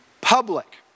public